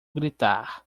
gritar